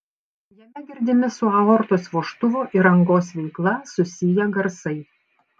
jame girdimi su aortos vožtuvo ir angos veikla susiję garsai